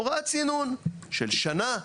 הוראת צינון של שנה,